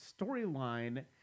storyline